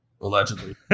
allegedly